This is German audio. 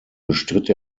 bestritt